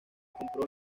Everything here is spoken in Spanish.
compró